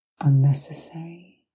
unnecessary